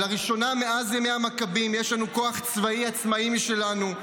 ולראשונה מאז ימי המכבים יש לנו כוח צבאי עצמאי משלנו.